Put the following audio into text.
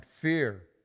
fear